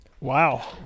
Wow